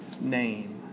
name